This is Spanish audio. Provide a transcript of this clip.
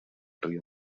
río